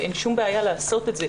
ואין שום בעיה לעשות את זה.